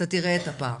אתה תראה את הפער.